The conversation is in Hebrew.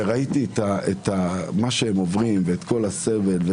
וראיתי מה שהם עוברים וכל הסבל.